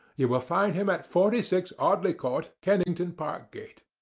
you will find him at forty six, audley court, kennington park gate.